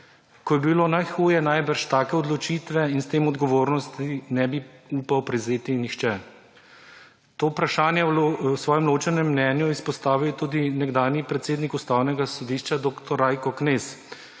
Ko je bilo najhuje, verjetno take odločitve in s tem odgovornosti ne bi upal prevzeti nihče. To vprašanje je v svojem ločenem mnenju izpostavil tudi nekdanji predsednik Ustavnega sodišča dr. Rajko Knez.